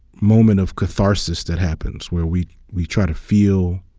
moment of catharsis that happens, where we we try to feel